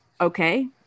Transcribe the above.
okay